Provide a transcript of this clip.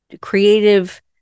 creative